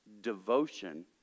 devotion